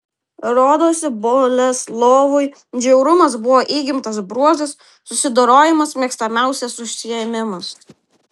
rodosi boleslovui žiaurumas buvo įgimtas bruožas susidorojimas mėgstamiausias užsiėmimas